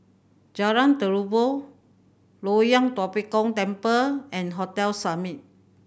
Jalan Terubok Loyang Tua Pek Kong Temple and Hotel Summit